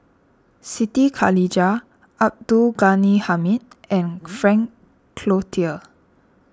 Siti Khalijah Abdul Ghani Hamid and Frank Cloutier